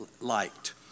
liked